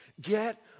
Get